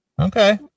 Okay